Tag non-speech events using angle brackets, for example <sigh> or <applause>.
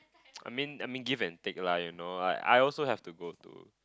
<noise> I mean I mean give and take lah you know I I also have to go to